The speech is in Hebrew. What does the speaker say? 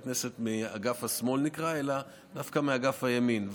כנסת מאגף השמאל אלא דווקא מאגף הימין.